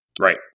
Right